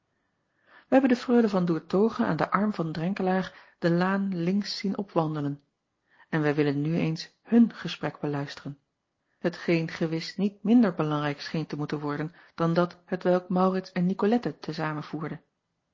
ij hebben de reule an oertoghe aan den arm van renkelaer de laan links zien opwandelen en wij willen nu eens hun gesprek beluisteren t geen gewis niet minder belangrijk scheen te moeten worden dan dat hetwelk au acob van ennep laasje evenster delen rits en icolette te zamen voerden